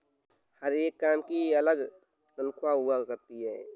हर एक काम की अलग तन्ख्वाह हुआ करती है